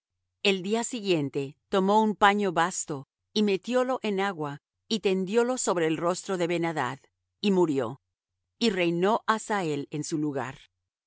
el día siguiente tomó un paño basto y metiólo en agua y tendiólo sobre el rostro de ben adad y murió y reinó hazael en su lugar